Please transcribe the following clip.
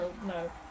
No